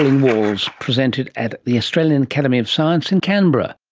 and walls, presented at the australian academy of science in canberra